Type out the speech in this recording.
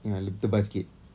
ya lebih tebal sikit